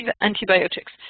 antibiotics